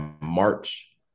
March